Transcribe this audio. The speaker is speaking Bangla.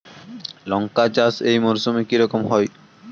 লঙ্কা চাষ এই মরসুমে কি রকম হয়?